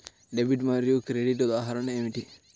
Debit మరియు credit ఉదాహరణలు ఏమిటీ?